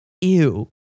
Ew